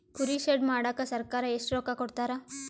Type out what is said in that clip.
ಕುರಿ ಶೆಡ್ ಮಾಡಕ ಸರ್ಕಾರ ಎಷ್ಟು ರೊಕ್ಕ ಕೊಡ್ತಾರ?